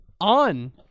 on